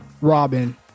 Robin